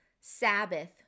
Sabbath